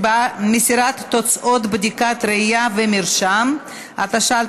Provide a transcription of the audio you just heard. (מסירת תוצאות בדיקת ראייה ומרשם), התשע"ח